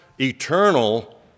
eternal